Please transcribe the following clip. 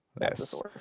Yes